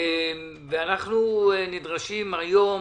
ואנחנו נדרשים היום